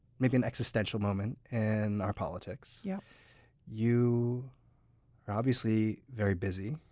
maybe an existential moment, in our politics. yeah you are obviously very busy